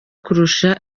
kurusha